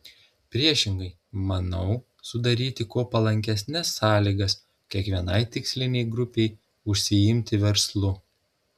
priešingai manau sudaryti kuo palankesnes sąlygas kiekvienai tikslinei grupei užsiimti verslu